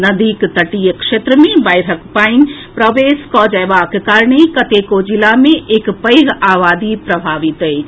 नदीक तटीय क्षेत्र मे बाढ़िक पानि प्रवेश कऽ जएबाक कारणे कतेको जिला मे एक पैघ आबादी प्रभावित अछि